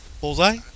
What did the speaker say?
Bullseye